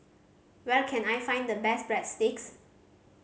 where can I find the best Breadsticks